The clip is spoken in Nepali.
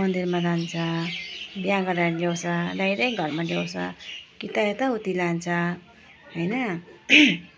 मन्दिरमा लान्छ बिहा गरेर ल्याउँछ डाइरेक्ट घरमा ल्याउँछ कि त यताउती लान्छ हैन